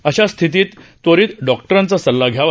अशा स्थितीत त्वरित डॉक्टरांचा सल्ला घ्यावा